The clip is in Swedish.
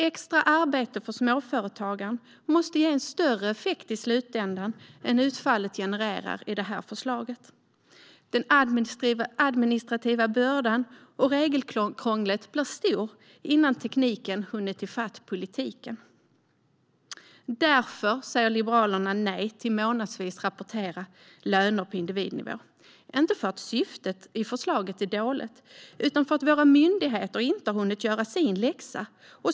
Extra arbete för småföretagaren måste ge en större effekt i slutänden än utfallet i det här förslaget genererar. Den administrativa bördan och regelkrånglet blir stora innan tekniken har hunnit ifatt politiken. Därför säger Liberalerna nej till månadsvis rapportering av löner på individnivå. Syftet i förslaget är inte dåligt. Men våra myndigheter har inte hunnit göra sin läxa.